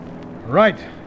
Right